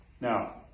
Now